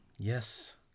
Yes